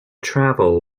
travel